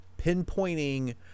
pinpointing